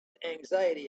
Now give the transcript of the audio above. anxiety